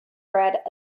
bread